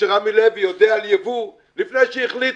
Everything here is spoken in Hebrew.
רמי לוי יודע על ייבוא, לפני שהחליטו,